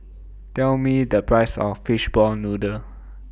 Tell Me The Price of Fishball Noodle